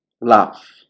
love